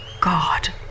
God